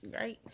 right